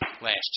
last